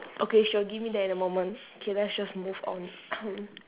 okay she'll give me that in a moment okay let's just move on